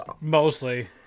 mostly